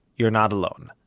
you're not alone.